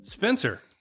Spencer